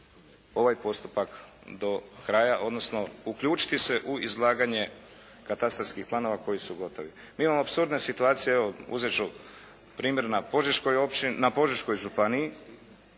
ovaj postupak do kraja odnosno uključiti se u izlaganje katastarskih planova koji su gotovi. Mi imamo apsurdne situacije. Evo, uzet ću primjer na Požeškoj županiji